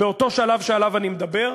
באותו שלב שעליו אני מדבר,